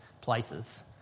places